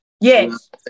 Yes